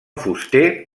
fuster